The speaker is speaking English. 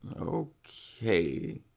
okay